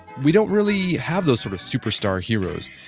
we don't really have those sort of superstar heroes.